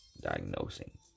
diagnosing